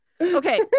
Okay